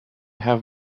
have